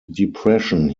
depression